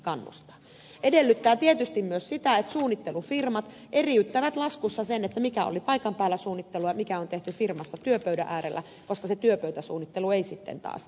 se edellyttää tietysti myös sitä että suunnittelufirmat eriyttävät laskussa sen mikä oli paikan päällä suunnittelua mikä on tehty firmassa työpöydän äärellä koska se työpöytäsuunnittelu ei sitten taas kuulu tähän